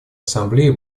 ассамблеи